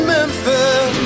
Memphis